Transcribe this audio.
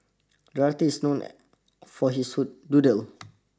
the artist is known for his doodles